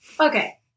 Okay